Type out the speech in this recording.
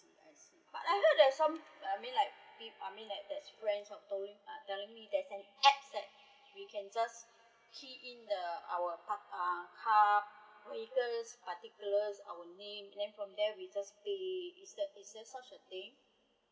I see but I heard there's some uh I mena like I mena like that friends are told uh telling me there's an app that we can just key in the our park uh car vehicle particulars our name and then from there we just pay is that is there such a thing